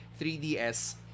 3DS